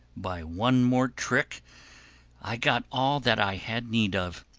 by one more trick i got all that i had need of.